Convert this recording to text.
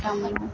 मोजां मोनो